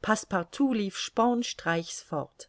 passepartout lief spornstreichs fort